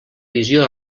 visió